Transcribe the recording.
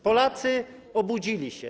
Polacy obudzili się.